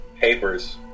papers